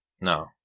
No